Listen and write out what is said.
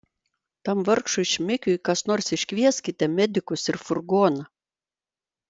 tam vargšui šmikiui kas nors iškvieskite medikus ir furgoną